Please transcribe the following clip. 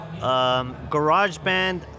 GarageBand